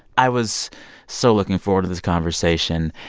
i was so looking forward to this conversation,